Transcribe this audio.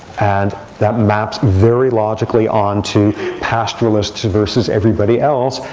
and that maps very logically onto pastoralists versus everybody else.